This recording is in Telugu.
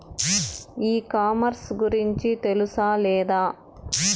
ఈ కామర్స్ గురించి తెలుసా లేదా?